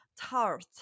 tart